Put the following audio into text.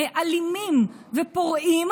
אלימים ופורעים,